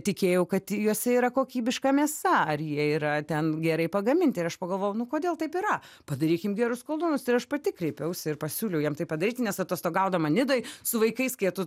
tikėjau kad juose yra kokybiška mėsa ar jie yra ten gerai pagaminti ir aš pagalvojau kodėl taip yra padarykim gerus koldūnus ir aš pati kreipiausi ir pasiūliau jiem tai padaryti nes atostogaudama nidoj su vaikais kai tu